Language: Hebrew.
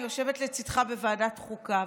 אני יושבת לצידך בוועדת החוקה,